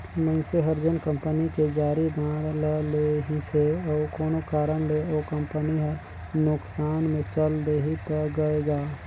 मइनसे हर जेन कंपनी के जारी बांड ल लेहिसे अउ कोनो कारन ले ओ कंपनी हर नुकसान मे चल देहि त गय गा